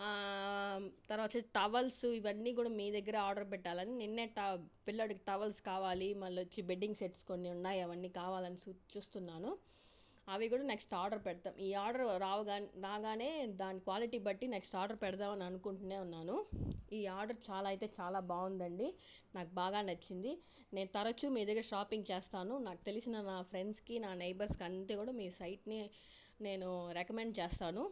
తర్వాత వచ్చి టవల్స్ ఇవన్నీ కూడా మీ దగ్గర ఆర్డర్ పెట్టాలని నిన్న ట పిల్లోడికి టవల్స్ కావాలి మళ్ళీ వచ్చి బెడ్డింగ్ సెట్స్ కొన్ని ఉన్నాయి అవన్నీ కావాలని సు చూస్తున్నాను అవి కూడా నెక్స్ట్ ఆర్డర్ పెడతాను ఈ ఆర్డర్ రావుగా రాగానే దాని క్వాలిటీ బట్టి నెక్స్ట్ ఆర్డర్ పెడదామని అనుకుంటు ఉన్నాను ఈ ఆర్డర్ చాలా అయితే చాలా బాగుదండి నాకు బాగా నచ్చింది నేను తరచు మీ దగ్గర షాపింగ్ చేస్తాను నాకు తెలిసిన నా ఫ్రెండ్స్కి నా నైబర్స్కి అందరికి కూడా మీ సైట్ని నేను రికమెండ్ చేస్తాను